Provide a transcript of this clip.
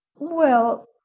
well,